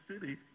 city